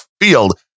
field